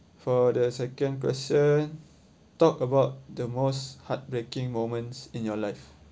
for the second question talk about the most heartbreaking moments in your life